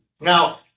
Now